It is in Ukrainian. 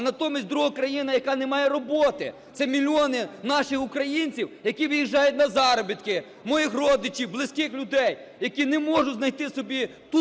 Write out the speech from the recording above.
а натомість друга країна - яка не має роботи, це мільйони наших українців, які виїжджають на заробітки, моїх родичів, близьких людей, які не можуть знайти собі